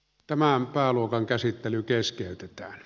tämän pääluokan käsittely keskeytetään